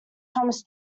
thomas